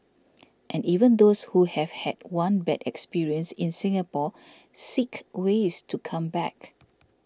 and even those who have had one bad experience in Singapore seek ways to come back